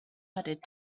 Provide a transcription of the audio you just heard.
added